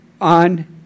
on